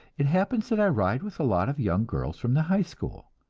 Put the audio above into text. it happens that i ride with a lot of young girls from the high school.